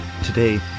Today